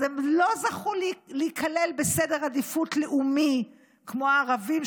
אז הם לא זכו להיכלל בהסדר עדיפות לאומית כמו הערבים,